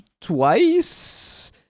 twice